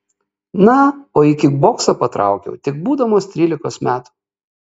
na o į kikboksą patraukiau tik būdamas trylikos metų